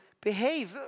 behave